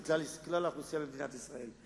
של כלל האוכלוסייה במדינת ישראל.